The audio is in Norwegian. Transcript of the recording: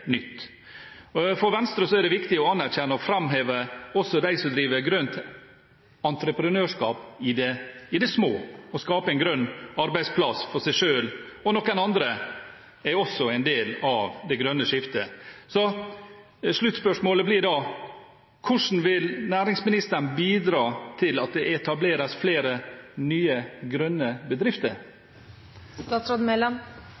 nytt. For Venstre er det viktig å anerkjenne og framheve også dem som driver grønt entreprenørskap i det små. Å skape en grønn arbeidsplass for seg selv og noen andre er også en del av det grønne skiftet. Så sluttspørsmålet blir da: Hvordan vil næringsministeren bidra til at det etableres flere nye grønne